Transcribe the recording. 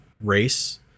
race